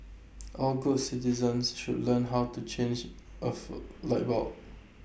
all good citizens should learn how to change of light bulb